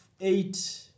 eight